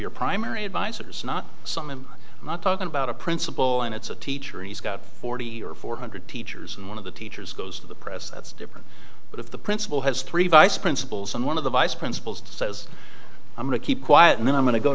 your primary advisers not some i'm not talking about a principle and it's a teacher and he's got forty or four hundred teachers and one of the teachers goes to the press that's different but if the principal has three vice principals and one of the vice principals says i'm going to keep quiet and then i'm going to go